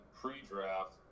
pre-draft